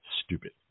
stupid